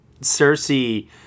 Cersei